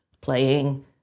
playing